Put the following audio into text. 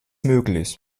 möglich